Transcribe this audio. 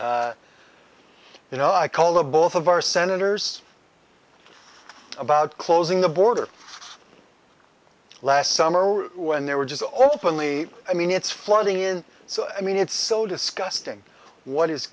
know i call the both of our senators about closing the border last summer when they were just openly i mean it's flooding in so i mean it's so disgusting what is